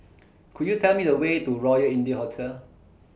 Could YOU Tell Me The Way to Royal India Hotel